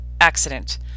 accident